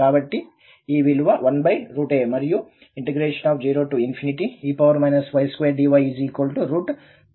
కాబట్టి ఈ విలువ 1a మరియు ∫0 e y2dy 2